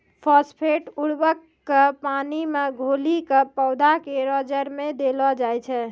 phosphate उर्वरक क पानी मे घोली कॅ पौधा केरो जड़ में देलो जाय छै